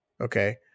okay